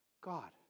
God